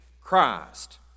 Christ